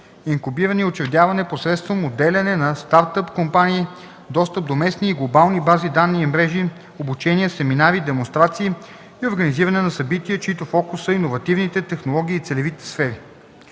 инкубиране и учредяване посредством отделяне на стартъп компании; достъп до местни и глобални бази данни и мрежи; обучения, семинари, демонстрации и организиране на събития, чийто фокус са иновативните технологии в целевите сфери.